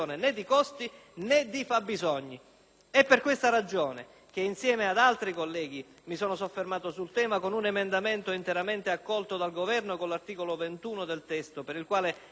È per questa ragione che, insieme ad altri colleghi, mi sono soffermato sul tema, con un emendamento interamente accolto dal Governo (l'articolo 21 del testo), per il quale ringrazio il ministro Calderoli.